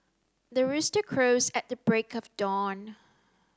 the rooster crows at the break of dawn